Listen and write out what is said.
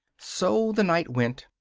so the night went